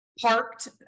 parked